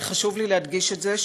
וחשוב לי להדגיש את זה,